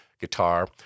guitar